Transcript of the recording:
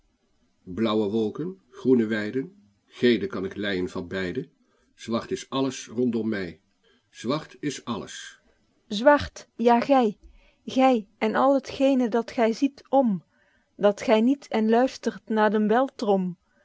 blauwe wolken groene weiden geene en kan ik lyên van beiden zwart is alles rondom my zwart is alles guido gezelle vlaemsche dichtoefeningen zwart ja gy gy en al het gene dat gy ziet om dat gy niet en luistert na den